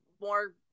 more